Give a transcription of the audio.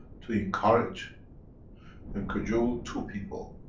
to encourage and cajole two people.